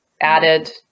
added